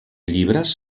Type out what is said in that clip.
llibres